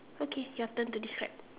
okay your turn to describe